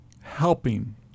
Helping